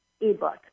ebook